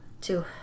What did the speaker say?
Two